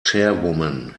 chairwoman